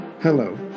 Hello